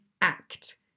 act